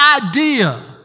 idea